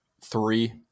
three